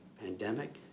pandemic